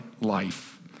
life